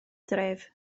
dref